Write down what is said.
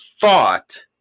thought